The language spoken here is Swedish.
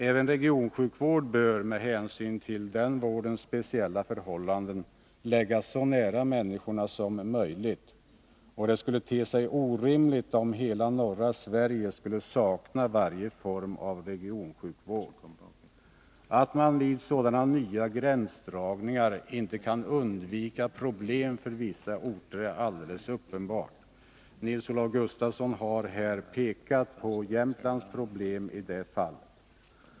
Även regionsjukvård bör, med hänsyn till den vårdens speciella förhållanden, förläggas så nära människorna som möjligt. Det skulle te sig orimligt om hela norra Sverige skulle sakna varje form av regionsjukvård. Att man vid nya gränsdragningar inte kan undvika problem för vissa orter är alldeles uppenbart. Nils-Olof Gustafsson har pekat på Jämtlands problem i detta sammanhang.